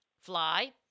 fly